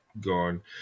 gone